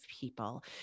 people